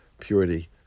purity